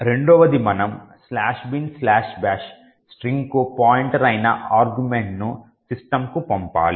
రెండవది మనం "binbash" స్ట్రింగ్కు పాయింటర్ అయిన ఆర్గ్యుమెంట్ను సిస్టమ్కు పంపాలి